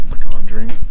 Conjuring